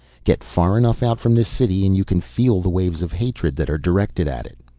get far enough out from this city and you can feel the waves of hatred that are directed at it.